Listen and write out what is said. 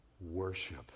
worship